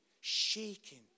shaking